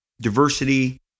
diversity